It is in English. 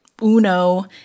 Uno